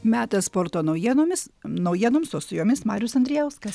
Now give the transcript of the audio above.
metas sporto naujienomis naujienoms o su jomis marius andrijauskas